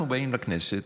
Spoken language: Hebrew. אנחנו באים לכנסת,